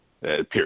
period